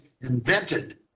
invented